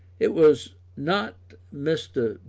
it was not mr.